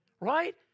Right